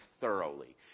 thoroughly